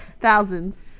Thousands